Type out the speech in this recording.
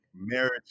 marriage